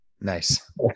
Nice